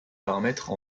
paramètres